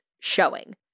showing